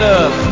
up